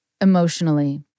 emotionally